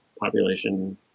population